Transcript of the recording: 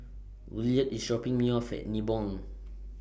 Williard IS dropping Me off At Nibong